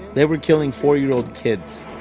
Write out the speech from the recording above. they were killing four-year-old kids.